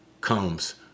comes